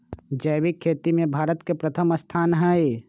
जैविक खेती में भारत के प्रथम स्थान हई